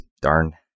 darn